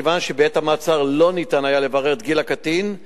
מכיוון שבעת המעצר לא ניתן היה לברר את גיל הקטין,